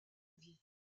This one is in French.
vie